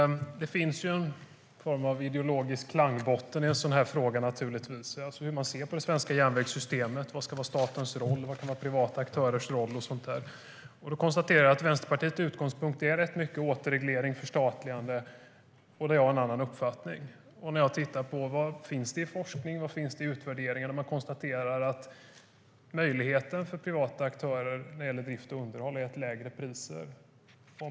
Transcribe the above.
Fru talman! Det finns en form av ideologisk klangbotten i frågan hur man ser på det svenska järnvägssystemet, vad som ska vara statens roll, vad som kan vara privata aktörers roll och sådant. Jag konstaterar att Vänsterpartiets utgångspunkt rätt mycket är återreglering och förstatligande. Jag har där en annan uppfattning. Jag tittar på vad som finns i forskning och utvärdering. Man konstaterar att möjligheten för privata aktörer när det gäller drift och underhåll har gett lägre priser.